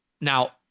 Now